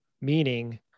Meaning